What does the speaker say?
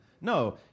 No